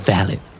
Valid